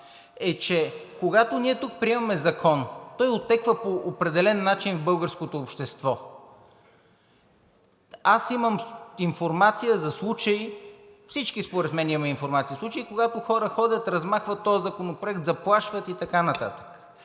е, че когато ние тук приемаме закон, той отеква по определен начин в българското общество. Аз имам информация за случаи – всички според мен имаме информация за случаи, когато хора ходят, размахват този законопроект, заплашват и така нататък.